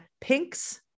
pinks